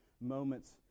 moments